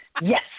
Yes